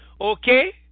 okay